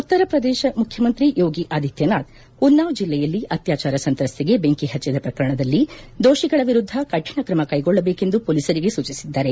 ಉತ್ತರಪ್ರದೇಶದ ಮುಖ್ಯಮಂತ್ರಿ ಯೋಗಿಆದಿತ್ಯನಾಥ್ ಉನ್ನಾವ್ ಜಿಲ್ಲೆಯಲ್ಲಿ ಅತ್ಯಾಚಾರ ಸಂತ್ರಸ್ತೆಗೆ ಬೆಂಕಿ ಹಚ್ಚದ ಪ್ರಕರಣದಲ್ಲಿ ದೋಷಿಗಳ ವಿರುದ್ದ ಕಠಿಣಕ್ರಮ ಕೈಗೊಳ್ಳಬೇಕೆಂದು ಪೊಲೀಸರಿಗೆ ಸೂಚಿಸಿದ್ದಾರೆ